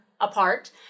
apart